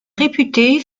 réputée